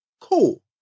Cool